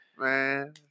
Man